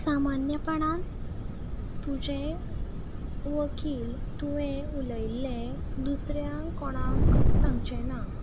सामान्यपणान तुजें वकील तुवें उलयिल्लें दुसऱ्या कोणाक सांगचें ना